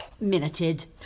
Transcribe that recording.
Minuted